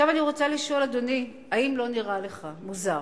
עכשיו אני רוצה לשאול, אדוני, האם לא נראה לך מוזר